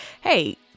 Hey